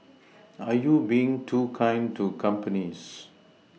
are you being too kind to companies